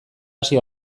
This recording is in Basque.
hasi